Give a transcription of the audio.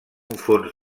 fons